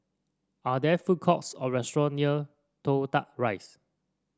are there food courts or restaurant near Toh Tuck Rise